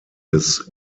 des